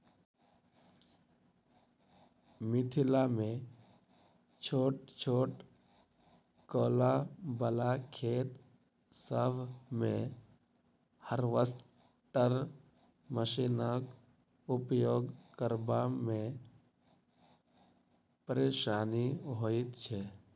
मिथिलामे छोट छोट कोला बला खेत सभ मे हार्वेस्टर मशीनक उपयोग करबा मे परेशानी होइत छै